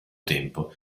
tempo